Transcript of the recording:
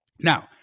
now